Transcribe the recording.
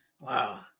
wow